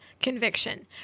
conviction